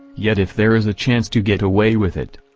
yet if there is a chance to get away with it,